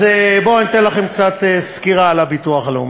אז בואו אני אתן לכם קצת סקירה על הביטוח הלאומי.